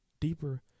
deeper